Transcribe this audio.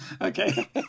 Okay